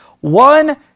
one